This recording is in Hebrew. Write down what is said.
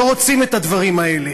לא רוצים את הדברים האלה.